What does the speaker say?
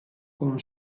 con